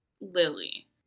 Lily